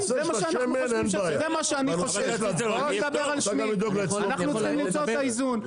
זה מה שאני חושב, אנחנו צריכים למצוא את האיזון.